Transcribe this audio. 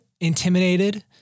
intimidated